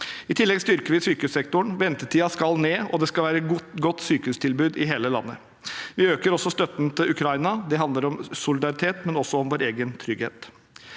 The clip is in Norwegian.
I tillegg styrker vi sykehussektoren. Ventetiden skal ned, og det skal være et godt sykehustilbud i hele landet. Vi øker også støtten til Ukraina. Det handler om solidaritet, men også om vår egen trygghet.